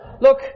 Look